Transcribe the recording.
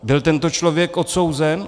Byl tento člověk odsouzen?